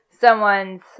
someone's